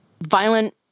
violent